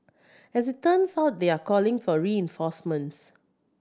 as it turns out they are calling for reinforcements